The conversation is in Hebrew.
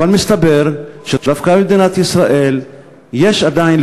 אבל מסתבר שדווקא במדינת ישראל יש עדיין,